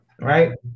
right